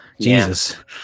Jesus